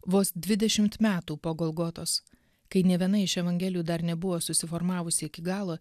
vos dvidešimt metų po golgotos kai nė viena iš evangelijų dar nebuvo susiformavusi iki galo